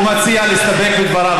הוא מציע להסתפק בדבריו.